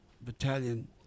Battalion